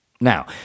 Now